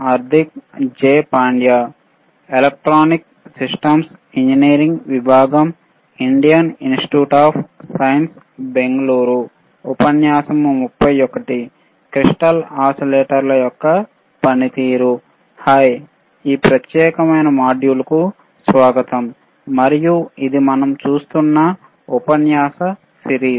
hi ఈ ప్రత్యేకమైన మాడ్యూల్కు స్వాగతం మరియు ఇది మనం చూస్తున్న ఉపన్యాస సిరీస్